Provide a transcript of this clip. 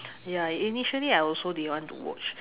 ya initially I also didn't want to watch